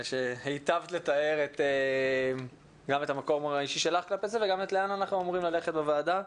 הטבת לתאר גם את המקום האישי שלך וגם לאן אנחנו אמורים ללכת בוועדה.